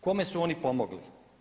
Kome su oni pomogli?